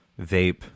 vape